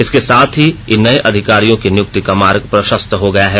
इसके साथ ही इन नये अधिकारियों की नियुक्ति का मार्ग प्रषस्त हो गया है